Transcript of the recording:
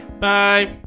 Bye